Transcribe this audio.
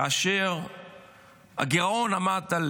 כאשר הגירעון עמד על